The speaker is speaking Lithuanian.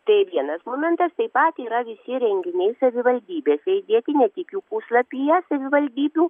tai vienas momentas taip pat yra visi renginiai savivaldybėse įdėti ne tik jų puslapyje savivaldybių